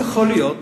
יכול להיות.